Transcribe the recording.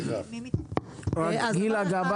סליחה רגע, אתה מתנגש בדיבור, זה ממש לא מכובד.